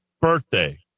birthday